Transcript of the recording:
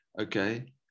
Okay